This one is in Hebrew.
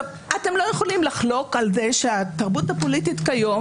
אתם לא יכולים לחלוק על זה שהתרבות הפוליטית כיום